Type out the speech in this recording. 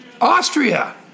Austria